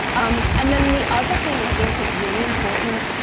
um and then, the other thing i think is really important,